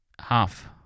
half